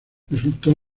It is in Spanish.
resultó